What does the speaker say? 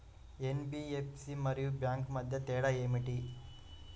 NBFC మరియు bank మధ్య తేడా ఏమిటీ?